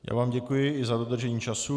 Já vám děkuji i za dodržení času.